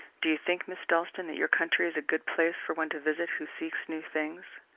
do you think, miss dalstan, that your country is a good place for one to visit who seeks new things?